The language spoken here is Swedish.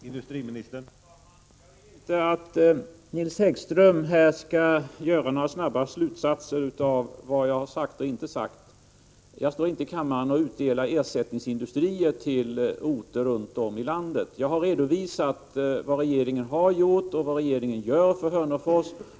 Herr talman! Jag vill inte att Nils Häggström skall dra några snabba slutsatser av vad jag har sagt och inte sagt. Jag står inte i kammaren och utdelar ersättningsindustrier till orter runt om i landet. Jag har redovisat vad regeringen har gjort och vad regeringen gör för Hörnefors.